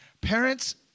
Parents